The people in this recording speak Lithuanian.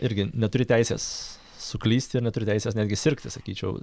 irgi neturi teisės suklysti ir neturi teisės netgi sirgti sakyčiau